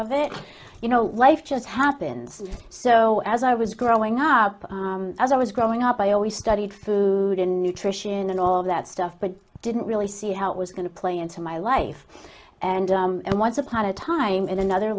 of it you know life just happens so as i was growing up as i was growing up i always studied food and nutrition and all that stuff but i didn't really see how it was going to play into my life and and once upon a time in another